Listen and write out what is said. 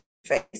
face